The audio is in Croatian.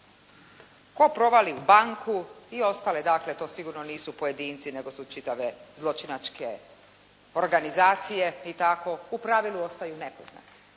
Tko provali u banki i ostale dakle, to sigurno nisu pojedinci nego su čitave zločinačke organizacije i tako, u pravilu ostaju nepoznati.